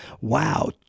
wow